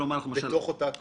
בתוך אותה קבוצה?